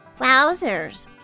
Wowzers